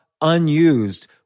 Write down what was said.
unused